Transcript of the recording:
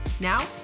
Now